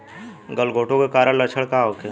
गलघोंटु के कारण लक्षण का होखे?